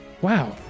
wow